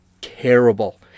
terrible